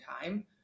time